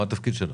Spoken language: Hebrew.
מה התפקיד שלך?